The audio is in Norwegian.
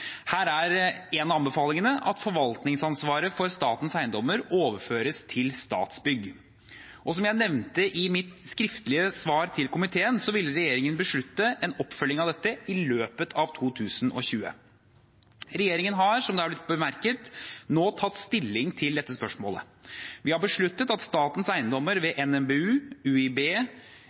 Her er en av anbefalingene at forvaltningsansvaret for statens eiendommer overføres til Statsbygg. Som jeg nevnte i mitt skriftlige svar til komiteen, ville regjeringen beslutte en oppfølging av dette i løpet av 2020. Regjeringen har, som det er blitt bemerket, nå tatt stilling til dette spørsmålet. Vi har besluttet at statens eiendommer ved NMBU,